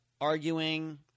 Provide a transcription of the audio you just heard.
arguing